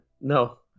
No